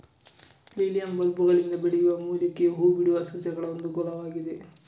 lilium ಬಲ್ಬುಗಳಿಂದ ಬೆಳೆಯುವ ಮೂಲಿಕೆಯ ಹೂ ಬಿಡುವ ಸಸ್ಯಗಳಒಂದು ಕುಲವಾಗಿದೆ